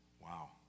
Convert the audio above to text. Wow